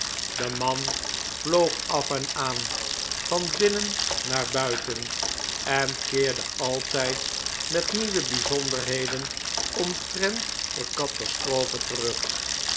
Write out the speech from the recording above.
de man vloog af en aan van binnen naar buiten en keerde altijd met nieuwe bijzonderheden omtrent de catastrophe terug